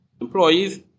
employees